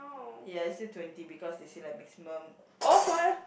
ya it's still twenty because they say like maximum uh